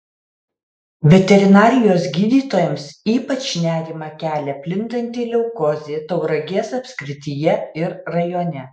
veterinarijos gydytojams ypač nerimą kelia plintanti leukozė tauragės apskrityje ir rajone